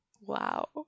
Wow